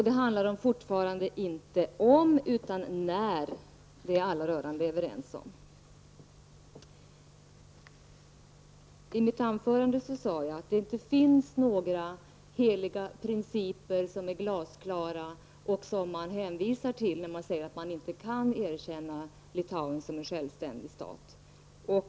Det handlar fortfarande inte om huruvida utan om när — detta är alla rörande överens om. I mitt anförande sade jag att det inte finns några heliga och glasklara principer som regeringen hänvisar till när den säger att vi inte kan erkänna Litauen som en självständig stat.